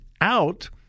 out